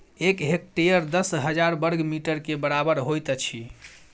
एक हेक्टेयर दस हजार बर्ग मीटर के बराबर होइत अछि